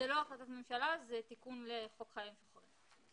זו לא החלטת ממשלה; זה תיקון לחוק חיילים משוחררים.